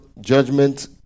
judgment